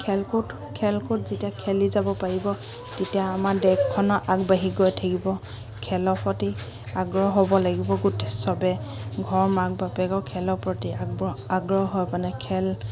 খেল কুদ খেল কুদ যেতিয়া খেলি যাব পাৰিব তেতিয়া আমাৰ দেশখনো আগবাঢ়ি গৈ থাকিব খেলৰ প্ৰতি আগ্ৰহ হ'ব লাগিব গোটেই সবে ঘৰৰ মাক বাপেকৰ খেলৰ প্ৰতি আগবঢ় আগ্ৰহ হৈ পানে খেল